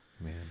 Man